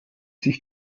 sich